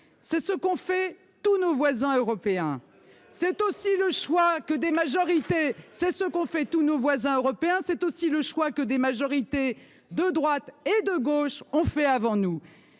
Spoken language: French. C'est ce qu'ont fait tous nos voisins européens. Pas tous ! C'est aussi le choix que des majorités de droite et de gauche ont fait avant nous.